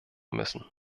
müssen